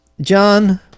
John